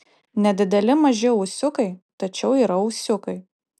nedideli maži ūsiukai tačiau yra ūsiukai